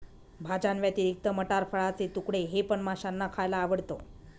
भाज्यांव्यतिरिक्त मटार, फळाचे तुकडे हे पण माशांना खायला आवडतं